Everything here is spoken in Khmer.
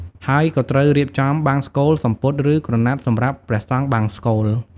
ហើយក៏ត្រូវរៀបចំបង្សុកូល សំពត់ ឬក្រណាត់សម្រាប់ព្រះសង្ឃបង្សុកូល។